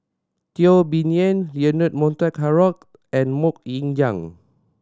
Teo Bee Yen Leonard Montague Harrod and Mok Ying Jang